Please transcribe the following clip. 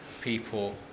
people